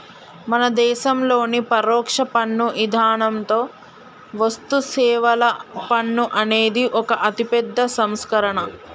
మన దేసంలోని పరొక్ష పన్ను ఇధానంతో వస్తుసేవల పన్ను అనేది ఒక అతిపెద్ద సంస్కరణ